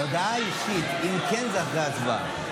הודעה אישית, אם כן, אחרי הצבעה.